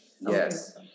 Yes